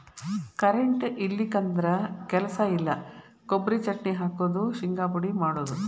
current ಇಲ್ಲಿಕಂದ್ರ ಕೆಲಸ ಇಲ್ಲಾ, ಕೊಬರಿ ಚಟ್ನಿ ಹಾಕುದು, ಶಿಂಗಾ ಪುಡಿ ಮಾಡುದು